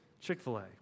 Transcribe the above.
Chick-fil-A